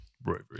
Bravery